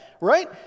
right